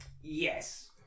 Yes